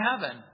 heaven